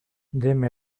deme